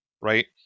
Right